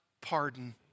pardon